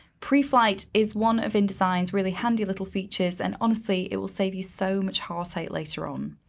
preflight is one of indesign's really handy little features and honestly it will save you so much heartache later on.